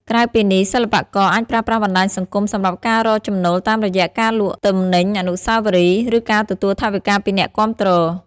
ក្រៅពីនេះ សិល្បករអាចប្រើប្រាស់បណ្ដាញសង្គមសម្រាប់ការរកចំណូលតាមរយៈការលក់ទំនិញអនុស្សាវរីយ៍ ឬការទទួលថវិកាពីអ្នកគាំទ្រ។